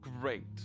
great